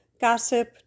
gossip